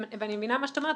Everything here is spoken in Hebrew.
ואני מבינה מה שאת אומרת,